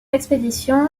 expédition